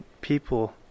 people